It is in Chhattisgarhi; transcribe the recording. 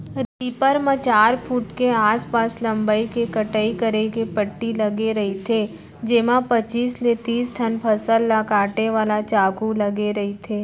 रीपर म चार फूट के आसपास लंबई के कटई करे के पट्टी लगे रहिथे जेमा पचीस ले तिस ठन फसल ल काटे वाला चाकू लगे रहिथे